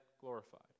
glorified